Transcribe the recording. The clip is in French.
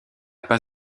pas